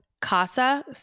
Casa